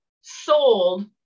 sold